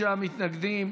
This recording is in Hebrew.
46 מתנגדים,